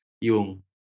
yung